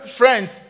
friends